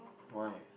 why